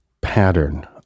pattern